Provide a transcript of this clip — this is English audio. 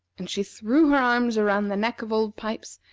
and she threw her arms around the neck of old pipes,